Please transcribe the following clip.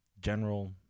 general